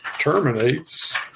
Terminates